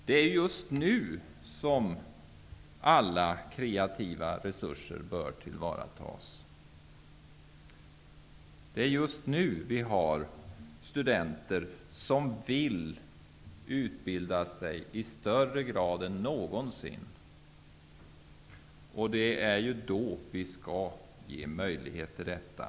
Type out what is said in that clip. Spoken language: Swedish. Det är just nu som alla kreativa resurser bör tillvaratas, det är just nu vi har studenter som vill utbilda sig i högre grad än någonsin, och det är därför nu som vi bör ge möjlighet till detta.